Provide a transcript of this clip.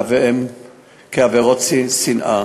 והן עבירות שנאה.